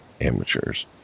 amateurs